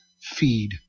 feed